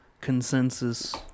consensus